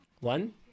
One